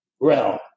realm